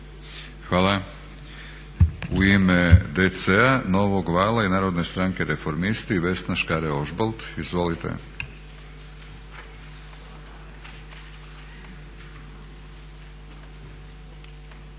Hvala. U ime DC-a, Novog vala i Narodne stranke reformisti Vesna Škare-Ožbolt. Izvolite. **Škare